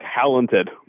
talented